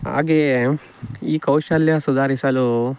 ಹಾಗೆಯೇ ಈ ಕೌಶಲ್ಯ ಸುಧಾರಿಸಲು